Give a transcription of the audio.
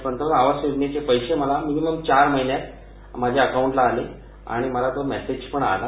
पंतप्रधान आवास योजनेचे पैसे मला चार महिन्यात माझ्या अकाऊंटला आले आणि मला तो मॅसेजपण आला